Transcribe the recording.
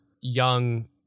young